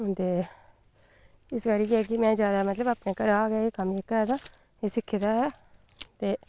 ते इस करियै में ज्यादा अपने घरा गै एह् कम्म जेह्का ऐ एह् सिक्खे दा ऐ ते